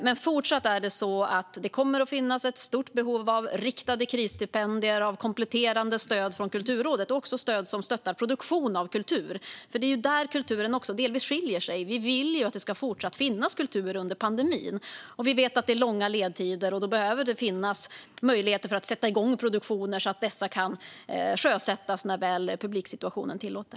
Men det kommer fortsatt att finnas ett stort behov av riktade krisstipendier och av kompletterande stöd från Kulturrådet, också stöd som stöttar produktion av kultur. Det är där kulturen delvis skiljer sig. Vi vill ju att det ska fortsätta finnas kultur under pandemin. Vi vet att det är långa ledtider, och då behöver det finnas möjligheter att sätta igång produktioner så att de kan sjösättas när väl publiksituationen tillåter.